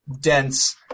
dense